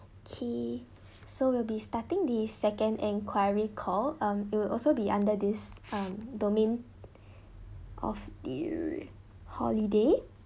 okay so we'll be starting the second enquiry call um it will also be under this um domain of the holiday